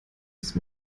ist